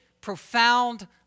profound